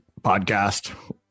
podcast